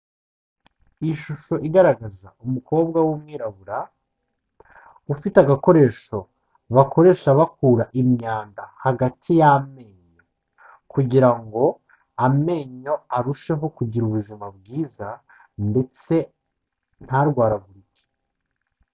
Ni ishusho igaragaza umukobwa w'umwirabura, ufite agakoresho bakoresha bakura imyanda hagati y'amenyo kugira ngo amenyo arusheho kugira ubuzima bwiza ndetse ntarwaragurike.